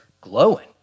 glowing